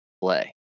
play